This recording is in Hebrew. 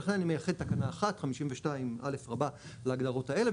ולכן אני מייחד תקנה 1 52 א' רבה להגדרות האלה,